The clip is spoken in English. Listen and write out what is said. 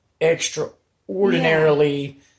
extraordinarily